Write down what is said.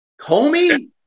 Comey